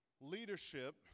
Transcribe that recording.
leadership